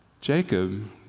Jacob